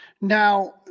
Now